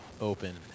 open